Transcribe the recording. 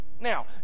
Now